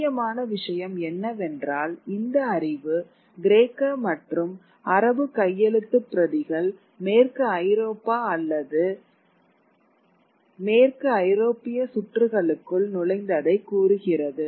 முக்கியமான விஷயம் என்னவென்றால் இந்த அறிவு கிரேக்க மற்றும் அரபு கையெழுத்துப் பிரதிகள் மேற்கு ஐரோப்பா அல்லது மேற்கு ஐரோப்பிய சுற்றுகளுக்குள் நுழைந்ததை கூறுகிறது